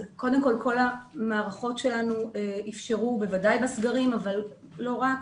כל המערכות שלנו אפשרו, בוודאי בסגרים אבל לא רק,